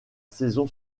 saison